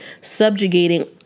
subjugating